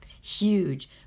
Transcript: huge